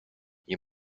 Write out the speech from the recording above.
you